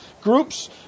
Groups